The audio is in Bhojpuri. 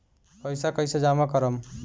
पैसा कईसे जामा करम?